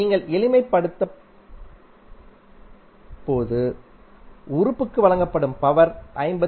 நீங்கள் எளிமைப்படுத்தும்போது உறுப்புக்கு வழங்கப்படும் பவர் 53